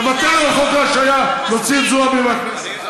לבטל את חוק ההשעיה, להוציא את זועבי מהכנסת.